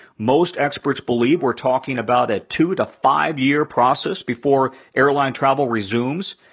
most experts believe we're talking about a two to five-year process before airline travel resumes.